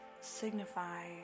signify